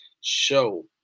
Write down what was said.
show